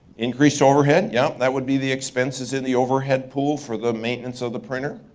increase overhead, yeah. that would be the expenses and the overhead pool for the maintenance of the printer.